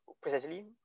precisely